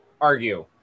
argue